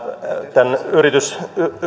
tämän